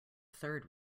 third